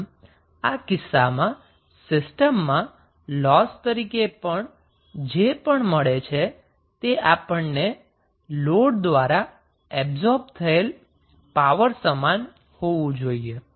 આમ આ કિસ્સામાં સિસ્ટમમા લોસ તરીકે જે પણ કંઈ આપણને મળે છે તે લોડ દ્વારા એબ્સોર્બ થયેલ પાવર સમાન હોવું જોઈએ